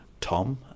Tom